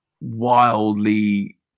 wildly